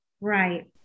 Right